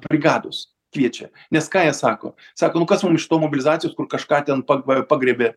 brigados kviečia nes ką jie sako sako nu kas mum iš to mobilizacijos kur kažką ten pa pagriebė